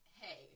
hey